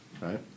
right